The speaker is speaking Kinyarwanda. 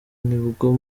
nibwo